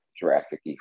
Jurassic